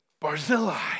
Barzillai